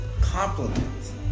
compliments